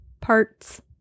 parts